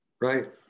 Right